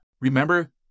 Remember